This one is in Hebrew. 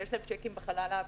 ויש להם שיקים בחלל האוויר,